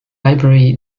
library